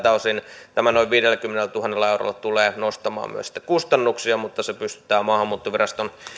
osin tämä noin viidelläkymmenellätuhannella eurolla tulee nostamaan myös sitten kustannuksia mutta se pystytään maahanmuuttoviraston